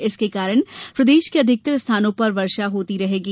इसके कारण प्रदेश के अधिकतर स्थानों पर वर्षा होती रहेगी